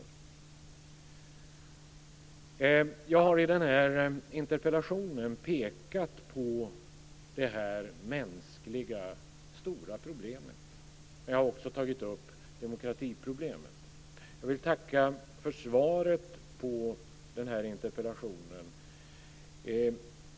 Jag har i denna interpellation pekat på detta stora mänskliga problem, men jag har också tagit upp demokratiproblemet. Jag vill tacka för svaret på denna interpellation.